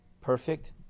perfect